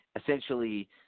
essentially